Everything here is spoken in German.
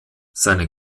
seine